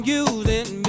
using